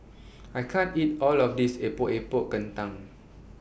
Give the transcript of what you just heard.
I can't eat All of This Epok Epok Kentang